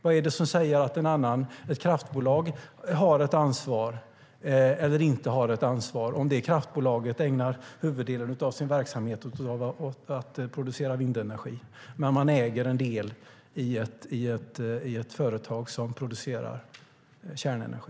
Vad är det som säger att ett kraftbolag har ett ansvar eller inte har ett ansvar om det kraftbolaget ägnar huvuddelen av sin verksamhet åt att producera vindenergi men äger en del i ett företag som producerar kärnenergi?